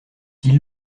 ils